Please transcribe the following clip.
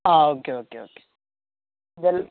ആ okay okay okay well